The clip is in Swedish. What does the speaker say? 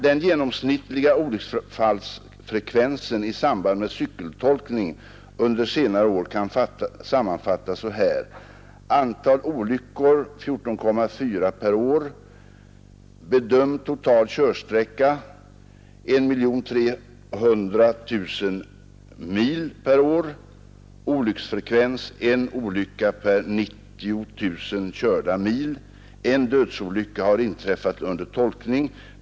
Den genomsnittliga olycksfallsfrekvensen i samband med cykeltolkning under senare år kan sammanfattas så här. En dödsolycka har inträffat under tolkning.